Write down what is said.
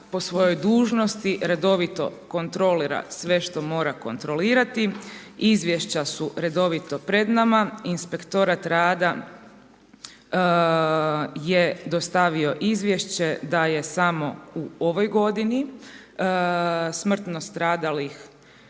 po svojoj dužnosti redovito kontrolira sve što mora kontrolirati. Izvješća su redovito pred nama, Inspektorat rada je dostavio izvješće da je samo u ovoj godini smrtno stradalih